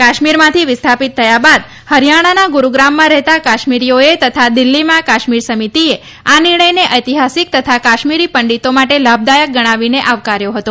કાશ્મીરમાંથી વિસ્થાપીત થયા બાદ હરીયાણાના ગુરૂગ્રામમાં રહેતા કાશ્મીરીઓએ તથા દિલ્હીમાં કાશ્મીર સમિતીએ આ નિર્ણયને ઐતિહાસિક તથા કાશ્મીરી પંડિતો માટે લાભદાયક ગણાવીને આવકાર્યો હતો